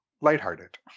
lighthearted